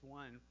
one